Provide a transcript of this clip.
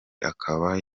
akaba